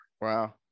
Wow